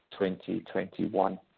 2021